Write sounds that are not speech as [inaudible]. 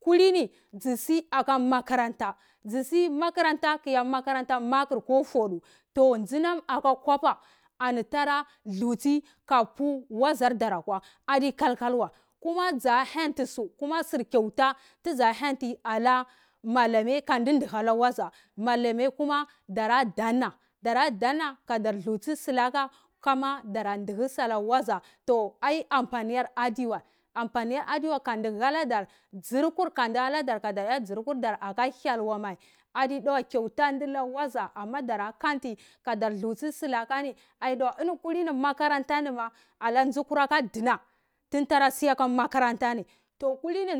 Kulini tsu si aka makaranta, makaranta ku-a makur, ko fada, tsinam akwa kwaba ana dara, ani dunam a barapu wazartara kwa, ado kalkalwa, kuma tsa hentisu [unintelligible] hentikala [unintelligible] kanti dihila waza, kama dratihi sala waza [unintelligible] adua kani hanadar, tsur kuv kani hanadar, tsurkur aka hyelamai, adila [unintelligible] waza amma dara kanti, kadar thlausi salaka ade dawa makaranta nima, na tsukura tuna dara siyaka makarantani, [unintelligible]